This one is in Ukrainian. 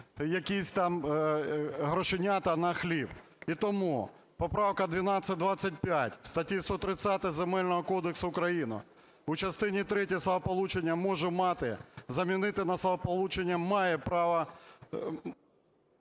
якісь там грошенята на хліб. І тому поправка 1225, в статті 130 Земельного кодексу України в частині третій словосполучення "може мати" замінити на словосполучення "має право...".